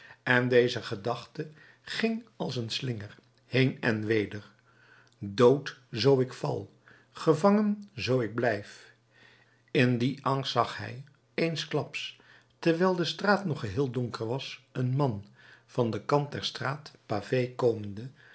en deze gedachte ging als een slinger heen en weder dood zoo ik val gevangen zoo ik blijf in dien angst zag hij eensklaps terwijl de straat nog geheel donker was een man van den kant der straat pavée komende